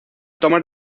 tomar